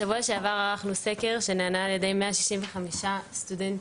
בשבוע שעבר ערכנו סקר שנענה על ידי 165 סטודנטים